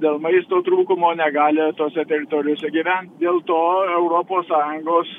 dėl maisto trūkumo negali tose teritorijose gyvent dėl to europos sąjungos